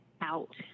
out